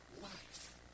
life